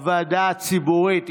הוועדה הציבורית,